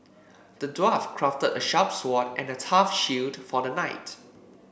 the dwarf crafted a sharp sword and a tough shield for the knight